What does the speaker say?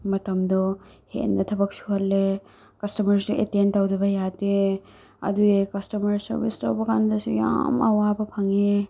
ꯃꯇꯝꯗꯣ ꯍꯦꯟꯅ ꯊꯕꯛ ꯁꯨꯍꯜꯂꯦ ꯀꯁꯇꯃꯔꯁꯨ ꯑꯦꯇꯦꯟ ꯇꯧꯗꯕ ꯌꯥꯗꯦ ꯑꯗꯨꯅ ꯀꯁꯇꯃꯔ ꯁꯥꯔꯚꯤꯁ ꯇꯧꯕ ꯀꯥꯟꯗꯁꯨ ꯌꯥꯝ ꯑꯋꯥꯕ ꯐꯪꯑꯦ